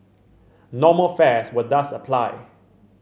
normal fares will thus apply